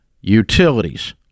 Utilities